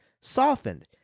softened